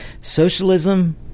socialism